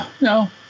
No